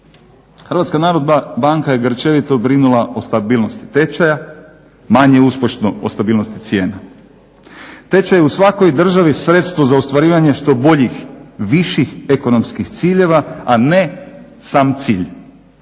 Hrvatska narodna banka je grčevito brinula o stabilnosti tečaja, manje uspješno o stabilnosti cijena. Tečaj je u svakoj državi sredstvo za ostvarivanje što boljih, viših ekonomskih ciljeva, a ne sam cilj.